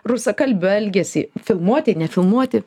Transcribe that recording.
rusakalbių elgesį filmuoti nefilmuoti